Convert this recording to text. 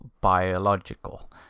biological